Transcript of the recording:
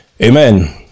Amen